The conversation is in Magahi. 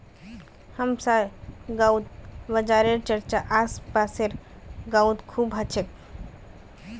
हमसार गांउत बाजारेर चर्चा आस पासेर गाउत खूब ह छेक